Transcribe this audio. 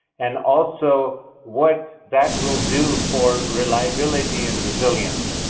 and also what that will do for reliability and resilience.